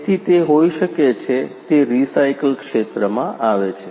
તેથી તે હોઈ શકે છે તે રિસાયકલ ક્ષેત્રમાં આવે છે